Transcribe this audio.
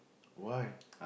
why